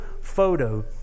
photo